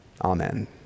Amen